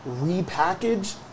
repackage